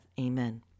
Amen